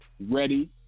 Ready